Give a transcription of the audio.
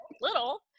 little